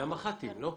למח"טים, לא?